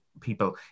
people